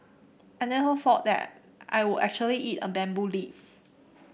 I never thought that I I would actually eat a bamboo leaf